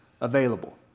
available